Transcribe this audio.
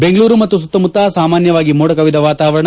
ಬೆಂಗಳೂರು ಮತ್ತು ಸುತ್ತಮುತ್ತ ಸಾಮಾನ್ನವಾಗಿ ಮೋಡ ಕವಿದ ವಾತಾವರಣ